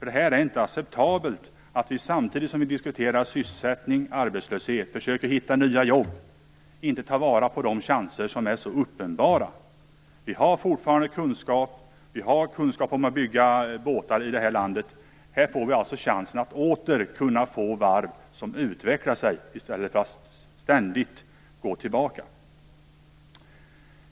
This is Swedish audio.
Det är inte acceptabelt att vi samtidigt som vi diskuterar sysselsättning och arbetslöshet och försöker hitta nya jobb inte tar vara på de chanser som är så uppenbara. Vi har fortfarande kunskap om att bygga båtar i det här landet. Här får Sverige chansen att åter kunna få varv som utvecklas i stället för att ständigt gå tillbaka.